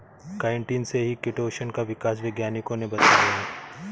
chitin से ही chitosan का विकास वैज्ञानिकों ने बताया है